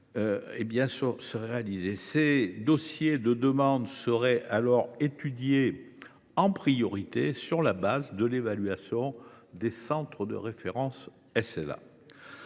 Ces dossiers de demande seraient alors étudiés en priorité sur la base de l’évaluation du centre de référence SLA.